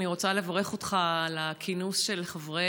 אני רוצה לברך אותך על הכינוס של חברי